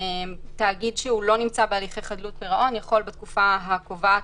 תאגיד שלא נמצא בהליכי חדלות פירעון יכול בתקופה הקובעת